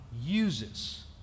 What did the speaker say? uses